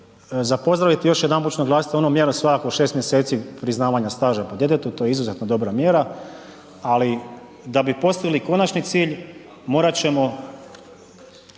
Za pozdraviti, još jedanput ću naglasit onu mjeru svakako 6. mjeseci priznavanja staža po djetetu, to je izuzetno dobra mjera, ali da bi postigli konačni cilj, morat ćemo